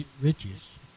riches